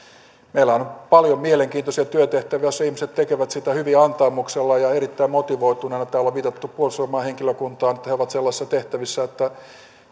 meillähän on paljon mielenkiintoisia työtehtäviä joissa ihmiset tekevät työtä hyvin antaumuksella ja erittäin motivoituneina täällä on viitattu puolustusvoimain henkilökuntaan että he ovat sellaisissa tehtävissä että